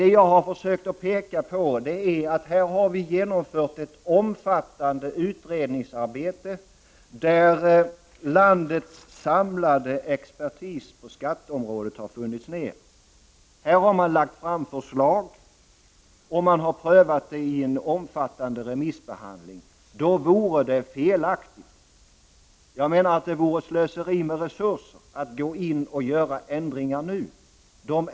Det jag har försökt peka på är att vi har genomfört ett omfattande utredningsarbete, där landets samlade expertis på skatteområdet har funnits med. Här har man lagt fram förslag, som har prövats i en omfattande remissbehandling. Det vore därför felaktigt, och ett slöseri med resurser, att gå in och göra ändringar nu.